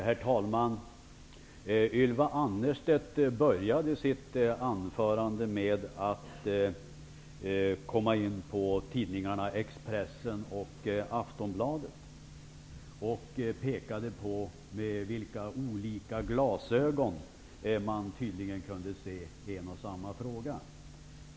Herr talman! Ylva Annerstedt började sitt anförande med att nämna tidningarna Expressen och Aftonbladet och påpekade med hur olika glasögon man tydligen kunde se en och samma fråga.